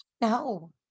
no